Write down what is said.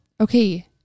Okay